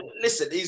listen